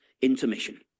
intermission